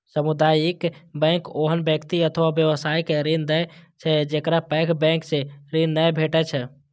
सामुदायिक बैंक ओहन व्यक्ति अथवा व्यवसाय के ऋण दै छै, जेकरा पैघ बैंक सं ऋण नै भेटै छै